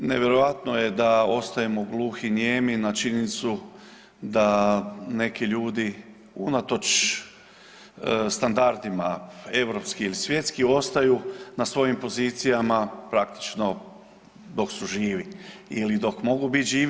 Nevjerojatno je da ostajemo gluhi, nijemi na činjenicu da neki ljudi unatoč standardima europski ili svjetski ostaju na svojim pozicijama praktično dok su živi ili dok mogu biti živi.